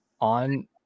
on